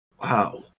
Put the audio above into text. Wow